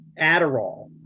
Adderall